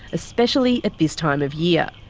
especially at this time of year.